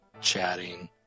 chatting